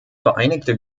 vereinigte